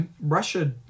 Russia